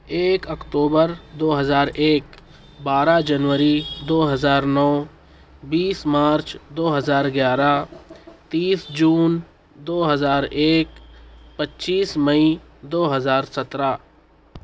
ایک اکتوبر دو ہزار ایک بارہ جنوری دو ہزار نو بیس مارچ دو ہزار گیارہ تیس جون دو ہزار ایک پچیس مئی دو ہزار سترہ